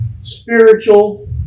Spiritual